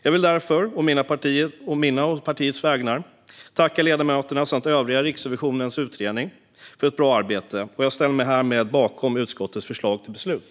Jag vill därför å mina och partiets vägnar tacka ledamöterna samt övriga i Riksrevisionens utredning för ett bra arbete. Jag ställer mig härmed bakom utskottets förslag till beslut.